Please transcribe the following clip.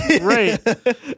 Right